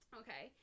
okay